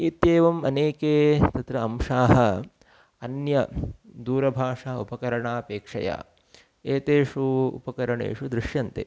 इत्येवम् अनेके तत्र अंशाः अन्यदूरभाषा उपकरणापेक्षया एतेषु उपकरणेषु दृश्यन्ते